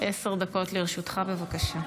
עשר דקות לרשותך, בבקשה.